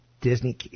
Disney